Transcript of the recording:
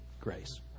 Grace